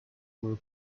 were